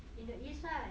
in the east right